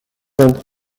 not